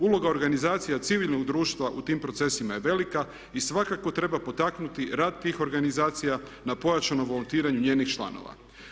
Uloga organizacija civilnog društva u tim procesima je velika i svakako treba potaknuti rad tih organizacija na pojačano volontiranje njenih članova.